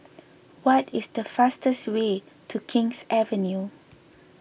what is the fastest way to King's Avenue